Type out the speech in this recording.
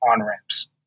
on-ramps